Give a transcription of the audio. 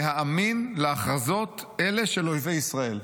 להאמין להכרזות אלה של אויבי ישראל."